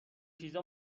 چیزا